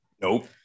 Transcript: Nope